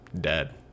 dead